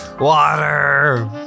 Water